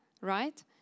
right